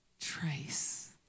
trace